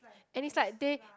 and it's like they